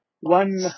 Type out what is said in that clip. one